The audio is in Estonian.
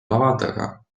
lava